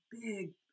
big